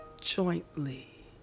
jointly